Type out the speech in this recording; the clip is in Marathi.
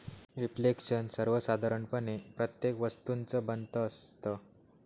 रिफ्लेक्शन सर्वसाधारणपणे प्रत्येक वस्तूचं बनत असतं